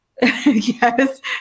Yes